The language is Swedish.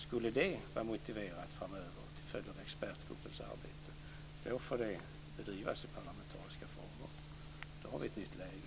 Skulle det vara motiverat framöver till följd av expertgruppens arbete får det arbetet bedrivas i parlamentariska former. Då har vi ett nytt läge.